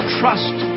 trust